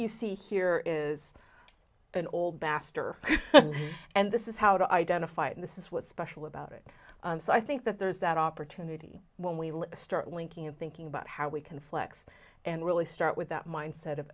you see here is an old bastard and this is how to identify and this is what's special about it so i think that there's that opportunity when we start winking and thinking about how we can flex and really start with that mindset of